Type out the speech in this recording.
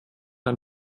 ein